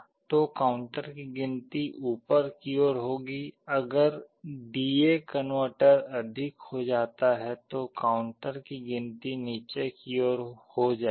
तो काउंटर की गिनती ऊपर की ओर होगी अगर डी ए कनवर्टर अधिक हो जाता है तो काउंटर की गिनती नीचे की ओर हो जाएगी